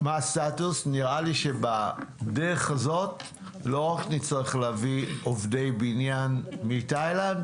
נראה לי שבדרך הזו לא רק נצטרך להביא עובדי בניין מתאילנד,